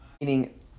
meaning